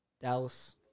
Dallas